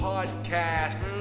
Podcast